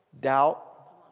doubt